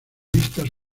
vistas